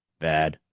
bad?